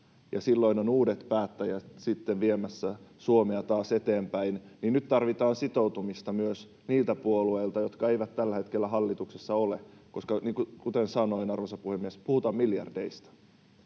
silloin ovat uudet päättäjät sitten viemässä Suomea taas eteenpäin, joten nyt tarvitaan sitoutumista myös niiltä puolueilta, jotka eivät tällä hetkellä hallituksessa ole, koska kuten sanoin, arvoisa puhemies, puhutaan miljardeista.